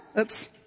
Oops